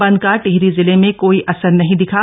बंद का टिहरी जिले में कोई असर नहीं दिखा